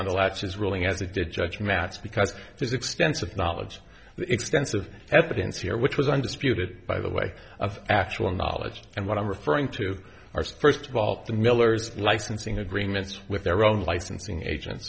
on the latches ruling as it did judge matsch because to the extensive knowledge the extensive evidence here which was undisputed by the way of actual knowledge and what i'm referring to are first of all the miller's licensing agreements with their own licensing agents